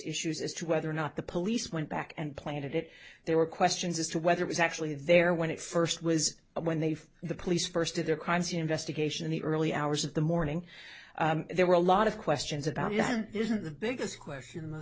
issues as to whether or not the police went back and planted it there were questions as to whether was actually there when it first was when they found the police first did the crime scene investigation in the early hours of the morning there were a lot of questions about that isn't the biggest question the